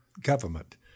government